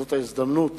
וזאת ההזדמנות